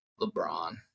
LeBron